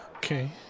Okay